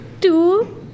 two